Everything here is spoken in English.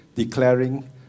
declaring